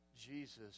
Jesus